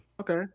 okay